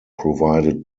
provided